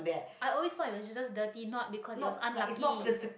i always thought it was just dirty not because it was unlucky